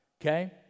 Okay